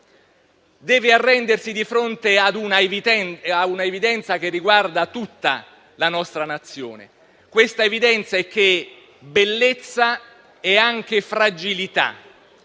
deve arrendersi di fronte a un'evidenza che riguarda tutta la nostra Nazione, vale a dire che bellezza è anche fragilità